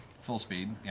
full speed,